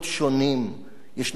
ישנם גבולות ההבטחה,